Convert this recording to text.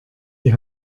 die